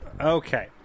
Okay